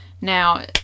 now